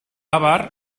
abar